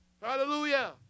Hallelujah